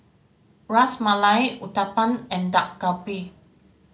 Ras Malai Uthapam and Dak Galbi